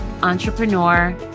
entrepreneur